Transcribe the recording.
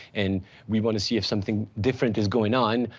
and we wanna see if something different is going on.